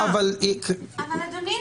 אדוני,